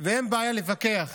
ואין בעיה להתווכח,